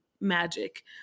magic